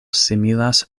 similas